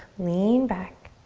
lean back.